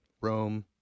Rome